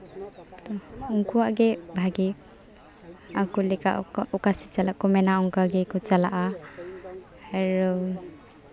ᱩᱱᱠᱩᱣᱟᱜ ᱜᱮ ᱵᱷᱟᱹᱜᱤ ᱟᱠᱚ ᱞᱮᱠᱟ ᱚᱠᱟ ᱥᱮᱫ ᱪᱟᱞᱟᱜ ᱠᱚ ᱢᱮᱱᱟ ᱚᱱᱠᱟ ᱜᱮᱠᱚ ᱪᱟᱞᱟᱜᱼᱟ ᱟᱨᱚ